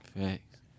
Facts